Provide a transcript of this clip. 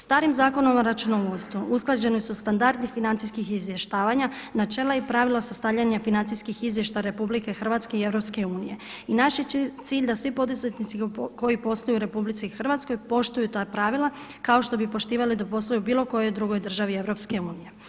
Starim Zakonom o računovodstvu usklađeni su standardi financijskih izvještavanja, načela i pravila su stavljanje financijskih izvještaja RH i EU i naš je cilj da svi poduzetnici koji posluju u RH poštuju ta pravila kao što bi poštivali da posluju u bilo kojoj drugoj državi EU.